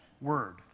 word